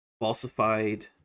falsified